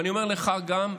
ואני אומר לך גם,